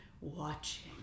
watching